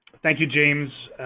thank you, james.